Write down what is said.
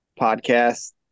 podcast